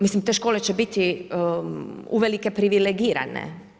Mislim te škole će biti uvelike privilegirane.